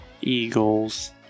Eagles